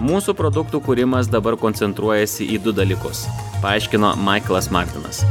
mūsų produktų kūrimas dabar koncentruojasi į du dalykus paaiškino maiklas martinas